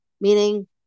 meaning